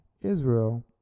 Israel